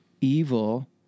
evil